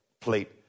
plate